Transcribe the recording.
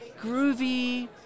groovy